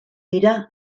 dira